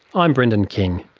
i'm brendan king